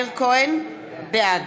בעד